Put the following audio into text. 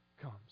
comes